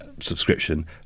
Subscription